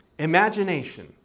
Imagination